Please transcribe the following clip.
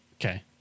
Okay